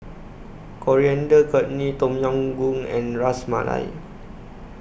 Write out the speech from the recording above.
Coriander Chutney Tom Yam Goong and Ras Malai